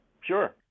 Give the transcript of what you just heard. sure